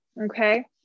Okay